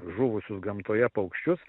žuvusius gamtoje paukščius